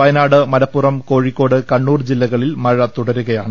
Wayanad Malappuram Kozhikode Kannur ജില്ലകളിൽ മഴ തുടരുകയാണ്